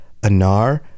Anar